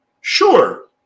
Sure